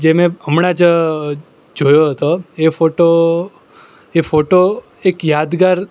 જે મેં હમણાં જ જોયો હતો એ ફોટો એ ફોટો એક યાદગાર